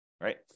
right